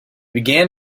began